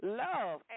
love